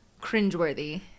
cringeworthy